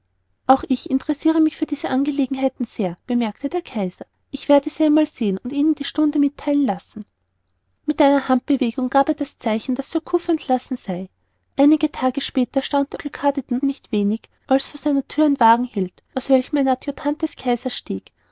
auch ich interessire mich für diese angelegenheiten sehr bemerkte der kaiser ich werde sie einmal sehen und ihnen die stunde mittheilen lassen mit einer handbewegung gab er das zeichen daß surcouf entlassen sei einige tage später staunte oncle carditon nicht wenig als vor seiner thür ein wagen hielt aus welchem ein adjutant des kaisers stieg